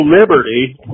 liberty